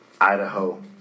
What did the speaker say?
Idaho